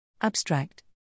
Abstract